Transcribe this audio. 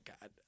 God